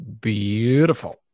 Beautiful